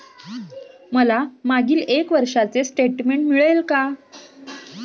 मला मागील एक वर्षाचे स्टेटमेंट मिळेल का?